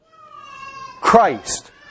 Christ